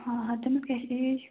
آ ہا تٔمس کیاہ چھِ ایج